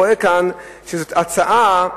רואה כאן שזאת הצעה: